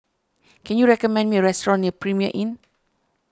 can you recommend me a restaurant near Premier Inn